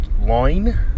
line